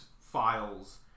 files